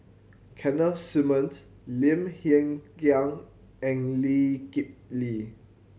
Keith Simmon Lim Hng Kiang and Lee Kip Lee